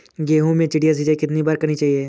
गेहूँ में चिड़िया सिंचाई कितनी बार करनी चाहिए?